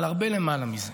אבל הרבה למעלה מזה.